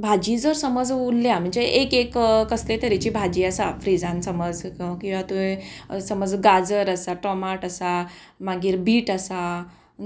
भाजी जर समज उरल्या म्हणजे एक एक कसले तरेची भाजी आसा फ्रिजान समज किंवां तुंवें समज गाजर आसा टमाट आसा मागीर बीट आसा